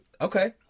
Okay